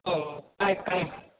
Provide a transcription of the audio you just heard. हो काही काही नाही